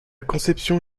conception